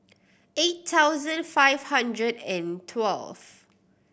eight thousand five hundred and twelve